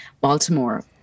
Baltimore